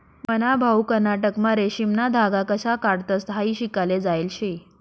मन्हा भाऊ कर्नाटकमा रेशीमना धागा कशा काढतंस हायी शिकाले जायेल शे